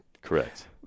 Correct